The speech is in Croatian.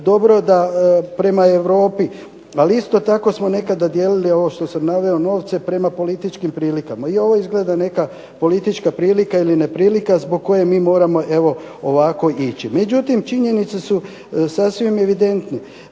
dobro da prema Europi, ali isto tako smo nekada dijelili, ovo što sam rekao, novce prema političkim prilikama. I ovo izgleda neka politička prilika ili neprilika zbog koje mi moramo evo ovako ići. Međutim, činjenice su sasvim evidentne,